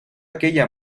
aquella